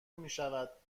میشود